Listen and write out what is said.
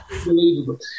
unbelievable